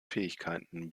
fähigkeiten